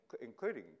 including